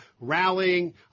rallying